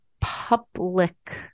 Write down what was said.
public